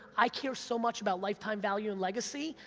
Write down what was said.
i care so much about lifetime value and legacy,